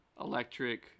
Electric